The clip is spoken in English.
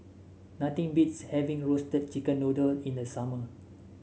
nothing beats having Roasted Chicken Noodle in the summer